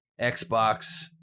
Xbox